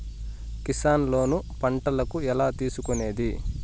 Kisan loan పంటలకు ఎలా తీసుకొనేది?